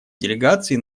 делегации